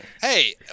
Hey